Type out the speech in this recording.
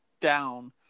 down